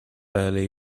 early